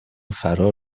فرا